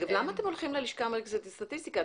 למה אתם הולכים ללשכה המרכזית לסטטיסטיקה?